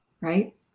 Right